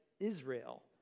Israel